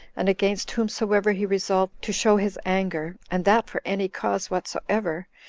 and against whomsoever he resolved to show his anger, and that for any cause whatsoever,